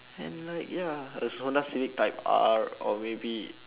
and like ya a honda civic type R or maybe